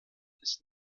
ist